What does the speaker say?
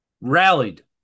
rallied